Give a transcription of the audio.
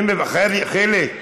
חיליק,